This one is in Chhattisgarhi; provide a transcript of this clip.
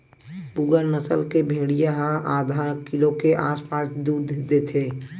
पूगल नसल के भेड़िया ह आधा किलो के आसपास दूद देथे